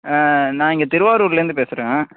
நான் இங்கே திருவாரூர்லந்து பேசுகிறேன்